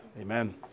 Amen